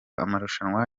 amarushanwa